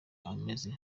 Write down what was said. ameze